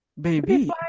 baby